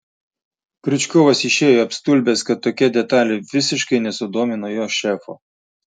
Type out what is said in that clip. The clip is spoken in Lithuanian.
kriučkovas išėjo apstulbęs kad tokia detalė visiškai nesudomino jo šefo